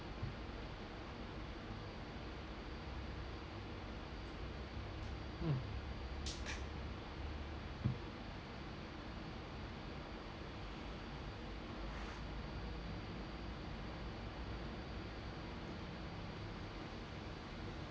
hmm